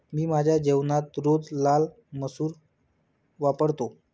मी माझ्या जेवणात रोज लाल मसूर वापरतो